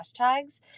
hashtags